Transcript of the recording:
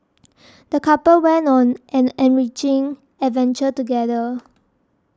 the couple went on an enriching adventure together